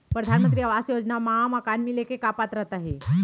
परधानमंतरी आवास योजना मा मकान मिले के पात्रता का हे?